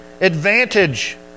advantage